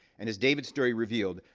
and as david's story revealed,